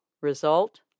Result